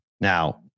Now